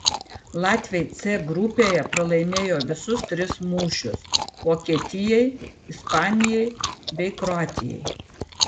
latviai c grupėje pralaimėjo visus tris mūšius vokietijai ispanijai bei kroatijai